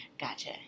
gotcha